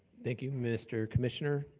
thank you, mr. commissioner.